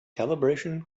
calibration